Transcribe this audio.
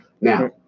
Now